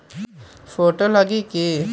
Photo लगी कि?